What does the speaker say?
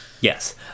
Yes